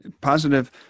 positive